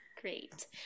Great